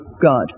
God